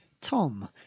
Tom